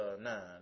nine